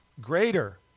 greater